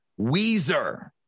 Weezer